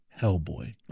Hellboy